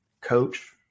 coach